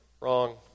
wrong